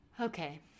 Okay